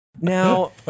Now